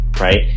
right